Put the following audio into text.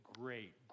great